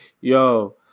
Yo